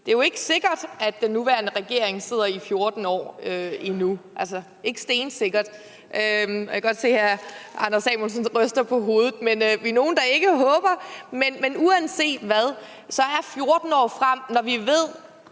Det er jo ikke sikkert, at den nuværende regering sidder i 14 år endnu – ikke stensikkert. Jeg kan godt se, at hr. Anders Samuelsen ryster på hovedet, men vi er nogle, der ikke håber det. Uanset hvad er 14 år lang tid, når vi ved,